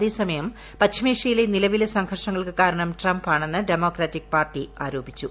അതേ സമയം പശ്ചിമേഷ്യയിലെ നിലവിലെ സംഘർഷങ്ങൾക്ക് കാരണം ട്രംപ് ആണെന്ന് ഡെമോക്രാറ്റിക് പാർട്ടി ആരോപിച്ചു